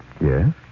Yes